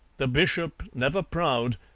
the bishop, never proud,